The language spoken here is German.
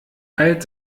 teilt